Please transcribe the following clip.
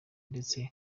ndetse